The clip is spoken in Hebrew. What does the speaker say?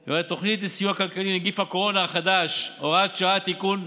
היא התוכנית לסיוע כלכלי (נגיף הקורונה החדש) (הוראת שעה) (תיקון),